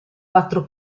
quattro